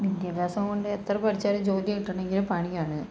വിദ്യാഭ്യാസം കൊണ്ട് എത്ര പഠിച്ചാലും ജോലി കിട്ടണമെങ്കിൽ പണിയാണ്